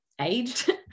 aged